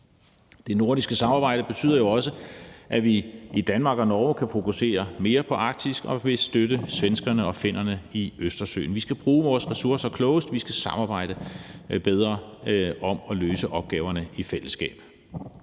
Det nordiske samarbejde betyder jo også, at vi i Danmark og Norge kan fokusere mere på Arktis og vil støtte svenskerne og finnerne i Østersøen. Vi skal bruge vores ressourcer klogest muligt. Vi skal samarbejde bedre om at løse opgaverne i fællesskab.